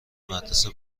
مدرسه